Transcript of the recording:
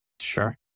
Sure